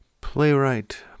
Playwright